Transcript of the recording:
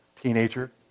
Teenager